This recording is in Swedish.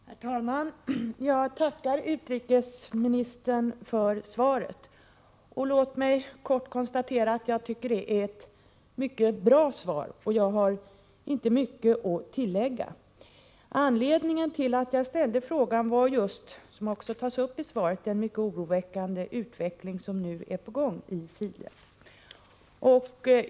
Herr talman! Jag tackar utrikesministern för svaret. Låt mig kort konstatera att jag tycker att det är ett mycket bra svar. Jag har inte så mycket att tillägga. Anledningen till att jag ställde frågan var just, som också tas upp i svaret, den mycket oroväckande utvecklingen i Chile.